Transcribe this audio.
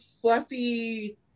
fluffy